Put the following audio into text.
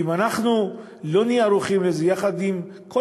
אם אנחנו לא נהיה ערוכים לזה יחד עם כל